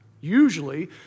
Usually